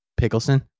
Pickleson